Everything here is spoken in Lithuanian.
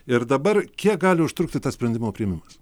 ir dabar kiek gali užtrukti tas sprendimo priėmimas